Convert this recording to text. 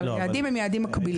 אבל יעדים הם יעדים מקבילים.